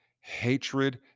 hatred